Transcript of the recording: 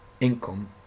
income